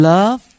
Love